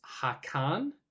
hakan